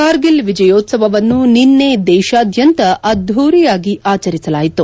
ಕಾರ್ಗಿಲ್ ವಿಜಯೋತ್ಸವವನ್ನು ನಿನ್ನೆ ದೇಶಾದ್ಯಂತ ಅದ್ದೂರಿಯಾಗಿ ಆಚರಿಸಲಾಯಿತು